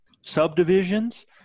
subdivisions